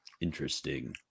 Interesting